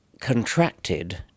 contracted